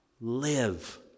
live